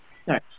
Sorry